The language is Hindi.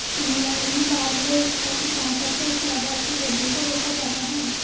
इंग्लैंड में बारले स्ट्रा की सहायता से शैवाल की वृद्धि को रोका जाता है